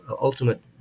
ultimate